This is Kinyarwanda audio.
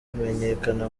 kumenyekana